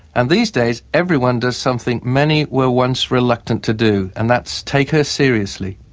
and these days everyone does something many were once reluctant to do, and that's take her seriously.